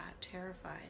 terrified